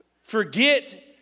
Forget